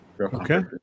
okay